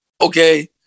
Okay